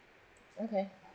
okay